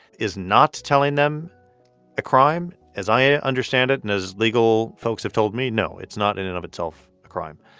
is not telling them a crime? as i ah understand it and as legal folks have told me, no, it's not, in and of itself, a crime.